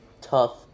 tough